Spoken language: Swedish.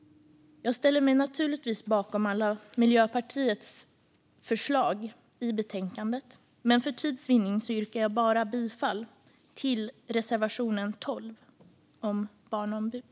Jag ställer mig naturligtvis bakom alla Miljöpartiets förslag i betänkandet, men för tids vinnande yrkar jag bifall endast till reservation 12 om barnombud.